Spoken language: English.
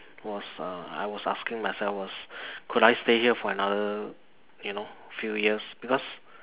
was uh I was asking myself was could I stay here for another you know few years because